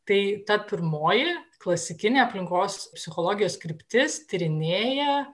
tai ta pirmoji klasikinė aplinkos psichologijos kryptis tyrinėja